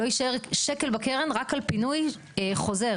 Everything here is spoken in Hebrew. לא יישאר שקל בקרן רק על פינוי חוזר